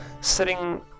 sitting